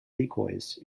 decoys